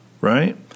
Right